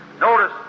Notice